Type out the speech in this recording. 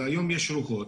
שהיום יש רוחות,